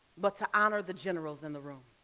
but to honor the generals in the room.